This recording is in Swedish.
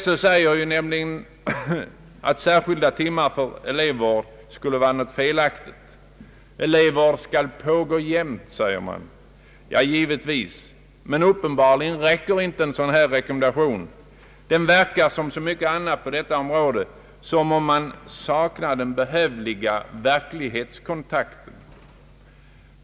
Sö säger nämligen att särskilda timmar för elevvård skulle vara något felaktigt; elevvård skall pågå jämt, säger man. Ja givetvis, men uppenbarligen räcker inte en sådan rekommendation. Det verkar, som så mycket annat på detta område, som om man saknade den behövliga verklighetskontakten.